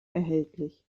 erhältlich